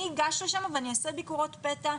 אני אגש לשם ואני אעשה ביקורות פתע,